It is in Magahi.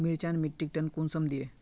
मिर्चान मिट्टीक टन कुंसम दिए?